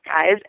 guys